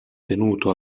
tenuto